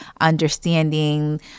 understanding